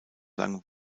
lang